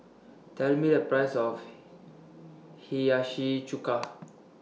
Tell Me The Price of Hiyashi Chuka